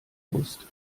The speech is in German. brust